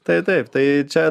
tai taip tai čia